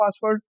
password